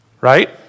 Right